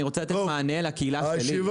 אני רוצה לתת מענה לקהילה שלי.